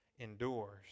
endures